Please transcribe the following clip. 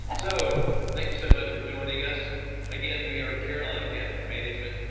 and so thank you so much for joining us again. we are carolina capital management.